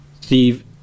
Steve